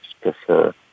prefer